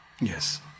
yes